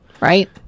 Right